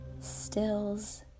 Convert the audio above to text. stills